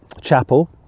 chapel